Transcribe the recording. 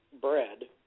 bread